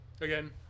Again